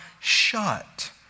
shut